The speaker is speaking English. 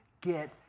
get